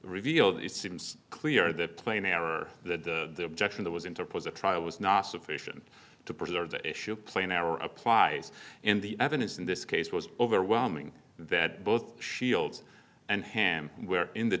revealed it seems clear that plain error the action that was interposed the trial was not sufficient to preserve the issue playing our applies in the evidence in this case was overwhelming that both shields and ham where in the